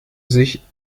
sich